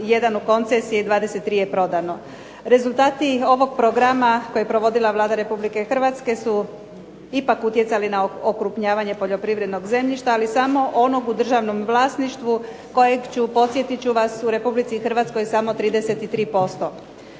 21 je koncesije, 23 je prodano. Rezultati ovog programa koje je provodila Vlada Republike Hrvatske su ipak utjecali na okrupnjavanje poljoprivrednog zemljišta ali samo onog u državnom vlasništvu kojeg ću podsjetit ću vas u Republici Hrvatskoj samo 33%.